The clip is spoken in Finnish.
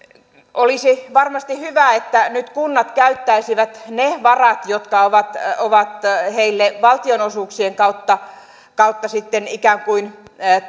olisi varmasti hyvä että nyt kunnat käyttäisivät ne varat jotka ovat ovat heille valtionosuuksien kautta kautta sitten ikään kuin